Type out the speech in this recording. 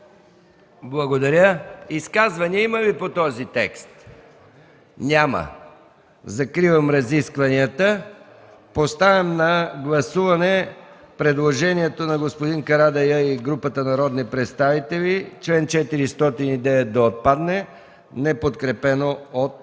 Благодаря. Изказвания има ли по този текст? Няма. Закривам разискванията. Поставям на гласуване предложението на господин Мустафа Карадайъ и група народни представители чл. 409 да отпадне, неподкрепено от